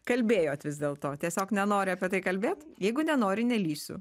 kalbėjot vis dėlto tiesiog nenori apie tai kalbėt jeigu nenori nelįsiu